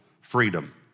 freedom